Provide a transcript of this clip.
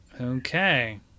Okay